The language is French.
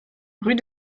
rue